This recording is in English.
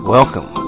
Welcome